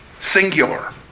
singular